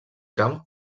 camp